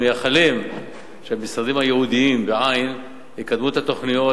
אנחנו מייחלים שהמשרדים הייעודיים יקדמו את התוכניות,